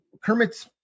Kermit's